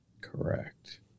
Correct